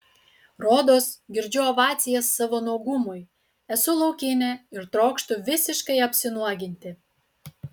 rodos girdžiu ovacijas savo nuogumui esu laukinė ir trokštu visiškai apsinuoginti